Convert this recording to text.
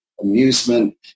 amusement